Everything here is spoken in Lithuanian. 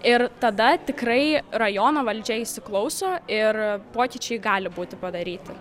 ir tada tikrai rajono valdžia įsiklauso ir pokyčiai gali būti padaryti